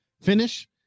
finish